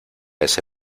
ese